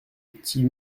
petit